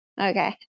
okay